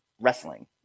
wrestling